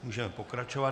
Můžeme pokračovat.